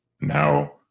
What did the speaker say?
now